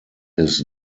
his